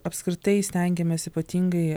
apskritai stengiamės ypatingai